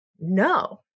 No